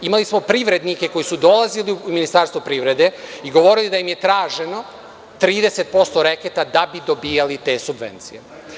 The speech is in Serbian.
Imali smo privrednike koji su dolazili u Ministarstvo privrede i govorili da im je traženo 30% reketa da bi dobijali te subvencije.